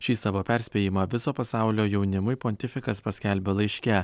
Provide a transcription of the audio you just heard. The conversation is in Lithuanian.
šį savo perspėjimą viso pasaulio jaunimui pontifikas paskelbė laiške